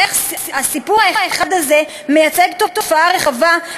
איך הסיפור האחד הזה מייצג תופעה רחבה,